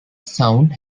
sound